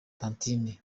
tantine